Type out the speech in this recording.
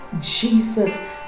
jesus